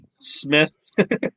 Smith